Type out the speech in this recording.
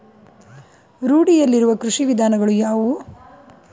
ರೂಢಿಯಲ್ಲಿರುವ ಕೃಷಿ ವಿಧಾನಗಳು ಯಾವುವು?